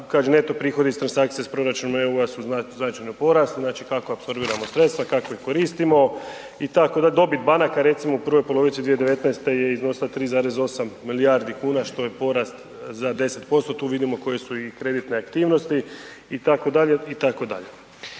neto prihodi iz transakcija s proračuna EU su značajno porasli, znači kako apsorbiramo sredstva, kako ih koristimo. Dobit banaka recimo u prvoj polovici 2019. je iznosila 3,8 milijardi kuna što je porast za 10%, tu vidimo koje su i kreditne aktivnosti itd., itd.